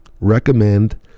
recommend